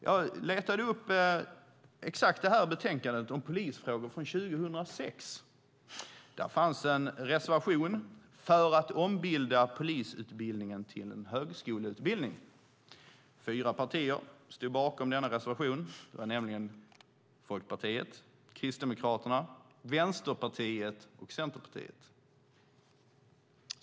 Jag letade upp motsvarande betänkande om polisfrågor från 2006. Då fanns en reservation för att ombilda polisutbildningen till en högskoleutbildning. Fyra partier stod bakom reservationen, Folkpartiet, Kristdemokraterna, Vänsterpartiet och Centerpartiet.